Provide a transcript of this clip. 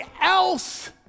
else